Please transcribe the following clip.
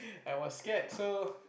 I was scared so